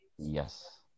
Yes